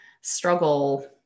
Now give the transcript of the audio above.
struggle